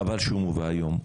חבל שהוא מובא היום.